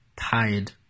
tired